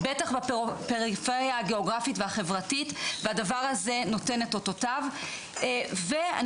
בטח בפריפריה הגאוגרפית והחברתית והדבר הזה נותן את אותותיו ואני